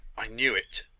i knew it,